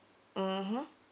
mmhmm